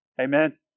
Amen